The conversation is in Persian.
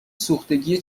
سوختگی